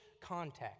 context